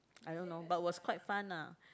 I don't know but was quite fun lah